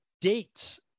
Dates